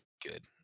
Good